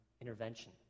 intervention